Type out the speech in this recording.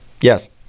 Yes